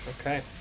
okay